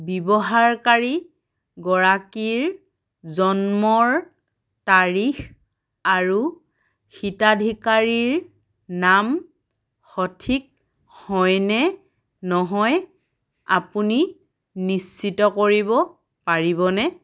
ব্যৱহাৰকাৰী গৰাকীৰ জন্মৰ তাৰিখ আৰু হিতাধিকাৰীৰ নাম সঠিক হয়নে নহয় আপুনি নিশ্চিত কৰিব পাৰিবনে